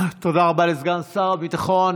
תודה רבה לסגן שר הביטחון.